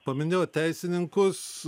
paminėjot teisininkus